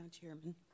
Chairman